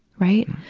right.